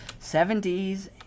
70s